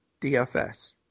DFS